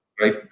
right